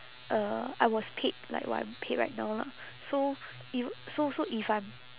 uh I was paid like what I'm paid right now lah so eve~ so so if I'm